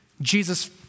Jesus